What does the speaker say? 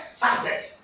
subject